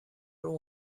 اون